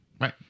Right